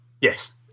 Yes